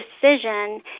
decision